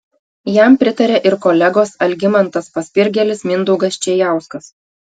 jam pritarė ir kolegos algimantas paspirgėlis mindaugas čėjauskas